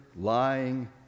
lying